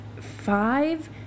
five